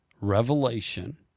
revelation